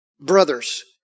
brothers